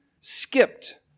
skipped